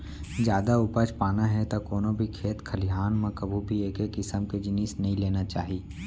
जादा उपज पाना हे त कोनो भी खेत खलिहान म कभू भी एके किसम के जिनिस नइ लेना चाही